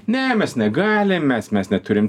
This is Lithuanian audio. ne mes negalim mes mes neturim